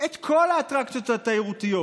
את כל האטרקציות התיירותיות?